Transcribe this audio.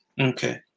Okay